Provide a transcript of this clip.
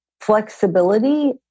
flexibility